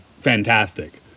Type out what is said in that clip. fantastic